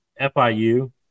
FIU